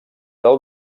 del